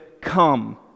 come